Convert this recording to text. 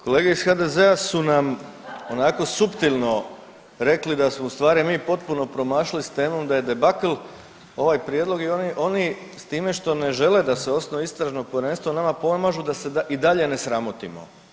Kolege iz HDZ-a su nam onako suptilno rekli da smo ustvari mi potpuno promašili s temom, da je debakl ovaj prijedlog i oni s time što ne žele da se osnuje Istražno povjerenstvo nama pomažu da se i dalje ne sramotimo.